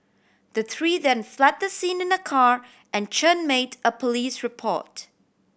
the three then fled the scene in a car and Chen made a police report